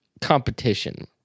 competition